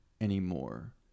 anymore